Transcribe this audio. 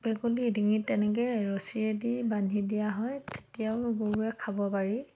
ভেকুলী ডিঙিত এনেকৈ ৰছীয়েদি বান্ধি দিয়া হয় তেতিয়াও গৰুৱে খাব পাৰি